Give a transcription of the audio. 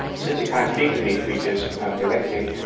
since you can't speak to these creatures directly,